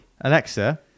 Alexa